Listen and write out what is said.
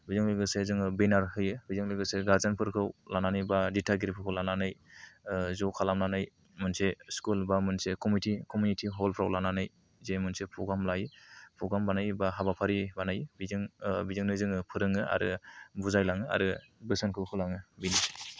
बेजों लोगोसे जोङो बेनार होयो बेजों लोगोसे जों गारजेनफोरखौ लानानै बा दिथागिरिफोरखौ लानानै ज' खालामनानै मोनसे स्कुल बा मोनसे कमिटि हलफ्राव लानानै जे मोनसे प्रग्राम लायो प्रग्राम लानानै बा हाबाफारि बानायो बेजों जोङो फोरोङो आरो बुजायलाङो आरो बोसोनखौ होलाङो